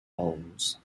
olds